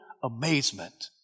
amazement